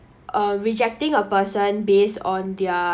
uh rejecting a person based on their